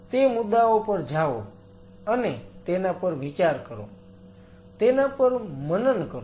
તે મુદ્દાઓ પર જાઓ અને તેના પર વિચાર કરો તેના પર મનન કરો